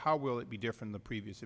how will it be different the previous